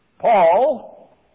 Paul